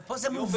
אבל פה זה מובנה.